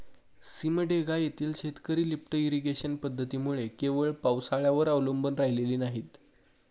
सिमडेगा येथील शेतकरी lift irrigation पद्धतीमुळे केवळ पावसाळ्यावर अवलंबून राहिलेली नाहीत